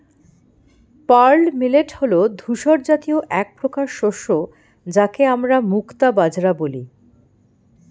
pearl millet হল ধূসর জাতীয় একপ্রকার শস্য যাকে আমরা মুক্তা বাজরা বলি